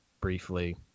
briefly